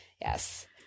Yes